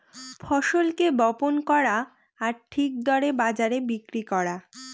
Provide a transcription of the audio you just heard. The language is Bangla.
ফসলকে বপন করা আর ঠিক দরে বাজারে বিক্রি করা